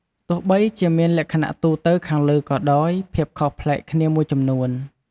ទោះបីជាមានលក្ខណៈទូទៅខាងលើក៏ដោយ ភាពខុសប្លែកគ្នាមួយចំនួន។